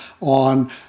on